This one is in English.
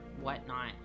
whatnot